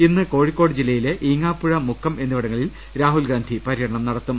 ഇന്ന് കോഴിക്കോട് ജില്ലയിലെ ഈങ്ങാപ്പുഴ മുക്കം എന്നി വിടങ്ങളിൽ രാഹുൽഗാന്ധി പര്യടനം നടത്തും